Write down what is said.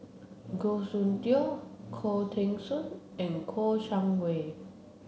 Goh Soon Tioe Khoo Teng Soon and Kouo Shang Wei